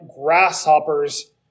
grasshoppers